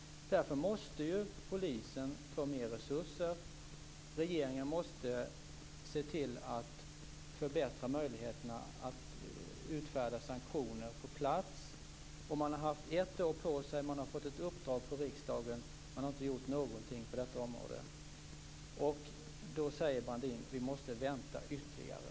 Därför måste polisen få mera resurser, och regeringen måste se till att möjligheterna förbättras att på plats utfärda sanktioner. Man har haft ett år på sig och man har alltså fått ett uppdrag från riksdagen men man har inte gjort någonting på detta område. I det läget säger Brandin att vi måste vänta ytterligare.